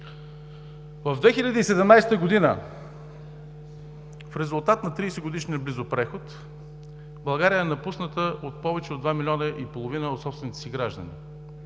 2017 г. в резултат на 30-годишния близо преход България е напусната от повече от два милиона и половина от собствените си граждани.